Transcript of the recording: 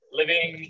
living